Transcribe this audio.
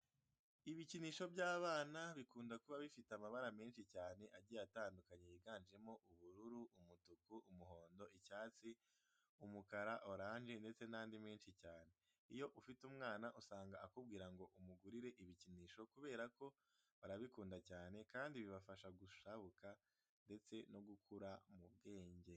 Ibikinisho by'abana bikunda kuba bifite amabara menshi cyane agiye atandukanye yiganjemo ubururu, umutuku, umuhondo, icyatsi, umukara, oranje ndetse n'andi menshi cyane. Iyo ufite umwana usanga akubwira ngo umugirire ibikinisho kubera ko barabikunda cyane kandi bibafasha gushabuka ndetse no gukura mu bwenge.